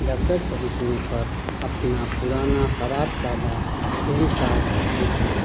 دفتر پہنچنے پر اپنا پرانا خراب سادہ پین کارڈ دکھائیں